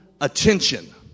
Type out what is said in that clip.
attention